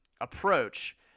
approach